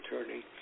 attorney